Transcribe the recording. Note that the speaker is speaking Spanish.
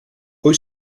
hoy